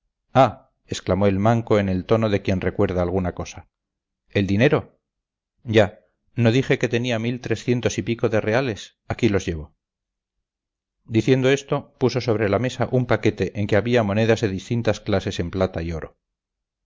exclamó el manco en el tono de quien recuerda alguna cosa el dinero ya no dije que tenía mil trescientos y pico de reales aquí los llevo diciendo esto puso sobre la mesa un paquete en que había monedas de distintas clases en plata y oro